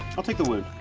i'll take the wound.